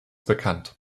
bekannt